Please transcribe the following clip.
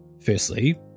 Firstly